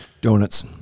Donuts